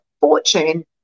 fortune